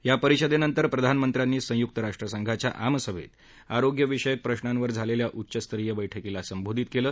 या परिषदेनंतर प्रधानमंत्र्यांनी संयुक्त राष्ट्रसंघाच्या आमसभेत आरोग्य विषयक प्रश्नावर झालेल्या उच्चस्तरीय बर्षकीला संबोधित केलं